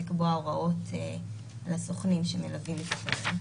לקבוע הוראות לסוכנים שמלווים את התיירים.